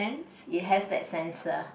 it has that sensor